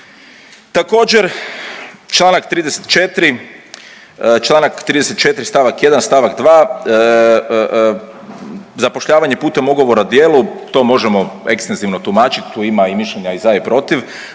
Također čl. 34., čl. 34. st. 1., st. 2., zapošljavanje putem ugovora o djelu, to možemo ekstenzivno tumačit, tu ima i mišljenja i za i protiv,